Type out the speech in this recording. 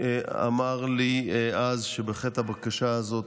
אמר לי אז שהבקשה הזאת,